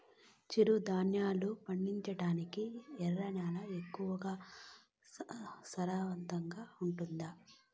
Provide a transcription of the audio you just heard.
చిరుధాన్యాలు పండించటానికి ఎర్ర నేలలు ఎక్కువగా సారవంతంగా ఉండాయా